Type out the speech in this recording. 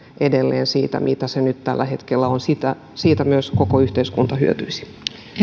edelleen siitä mitä se nyt tällä hetkellä on siitä myös koko yhteiskunta hyötyisi